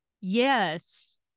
yes